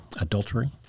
adultery